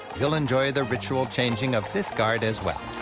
you'll enjoy the ritual changing of this guard as well.